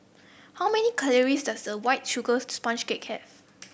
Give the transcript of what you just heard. how many calories does a White Sugar Sponge Cake have